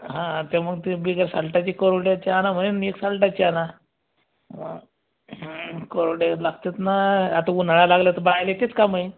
हां त्या मग ते बिगर साल्टाची कोरोड्याची आणा म्हणे आणि एक साल्टाची आणा कोरोडे लागतात ना आता उन्हाळा लागला तर बायाले तेच काम आहे